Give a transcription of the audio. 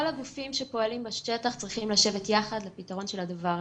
כל הגופים שפועלים בשטח צריכים לשבת יחד לפתרון של הדבר הזה.